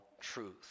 truth